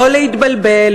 לא להתבלבל,